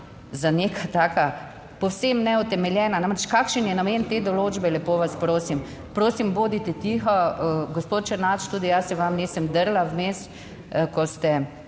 za neka taka povsem neutemeljena. Namreč, kakšen je namen te določbe? Lepo vas prosim, prosim bodite tiho, gospod Černač, tudi jaz se vam nisem drla vmes, ko ste